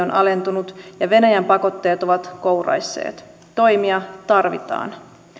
on alentunut ja venäjän pakotteet ovat kouraisseet toimia tarvitaan